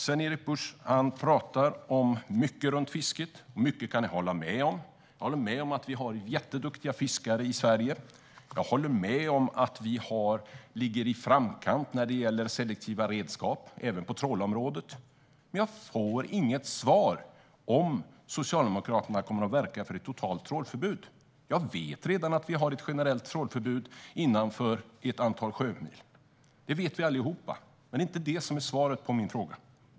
Sven-Erik Bucht talar om mycket kring fisket. Mycket kan jag hålla med om. Jag håller med om att vi har jätteduktiga fiskare i Sverige. Jag håller med om att vi ligger i framkant när det gäller selektiva redskap även på trålområdet. Men jag får inget svar om Socialdemokraterna kommer att verka för ett totalt trålförbud. Jag vet redan att vi har ett generellt trålförbud innanför ett antal sjömil. Det vet vi allihop. Men det är inte det som är svaret på min fråga.